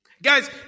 Guys